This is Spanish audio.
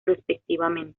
respectivamente